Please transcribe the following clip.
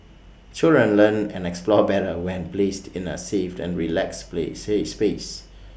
children learn and explore better when placed in A safe and relaxed place say space